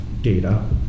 data